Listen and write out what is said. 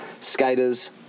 skaters